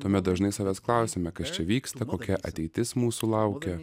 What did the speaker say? tuomet dažnai savęs klausėme kas čia vyksta kokia ateitis mūsų laukia